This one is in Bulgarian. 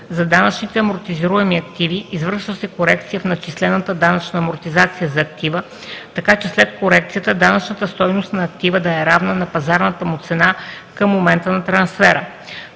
за данъчните амортизируеми активи – извършва се корекция в начислената данъчна амортизация за актива, така че след корекцията данъчната стойност на актива да е равна на пазарната му цена към момента на трансфера;